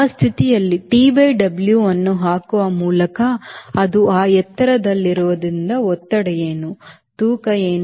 ಆ ಸ್ಥಿತಿಯಲ್ಲಿ T by W ಅನ್ನು ಹಾಕುವ ಮೂಲಕ ಅದು ಆ ಎತ್ತರದಲ್ಲಿರುವುದರಿಂದ ಒತ್ತಡ ಏನು ತೂಕ ಏನು